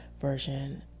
version